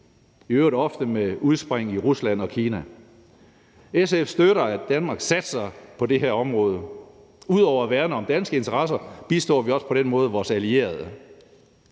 i øvrigt ofte med udspring i Rusland og Kina. SF støtter, at Danmark satser på det her område. Ud over at værne om danske interesser bistår vi også på den måde vores allierede.